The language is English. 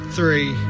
Three